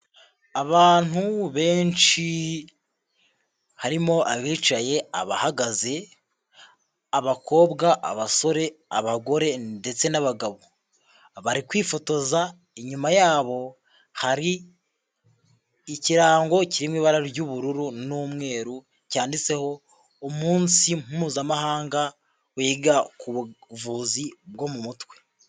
Abantu benshi harimo abicaye, abahagaze, abakobwa, abasore, abagore ndetse n'abagabo, bari kwifotoza inyuma yabo hari ikirango kiri mu ibara ry'ubururu n'umweru cyanditseho umunsi Mpuzamahanga wiga ku buvuzi bwo mu mutwe.